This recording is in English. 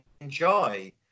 enjoy